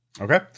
Okay